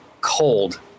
cold